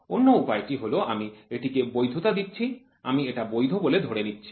অন্য উপায়ে টি হল আমি এটিকে বৈধতা দিচ্ছি আমি এটা বৈধ বলে ধরে নিচ্ছি